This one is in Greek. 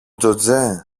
τζοτζέ